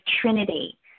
trinity